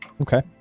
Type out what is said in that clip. Okay